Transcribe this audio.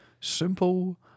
Simple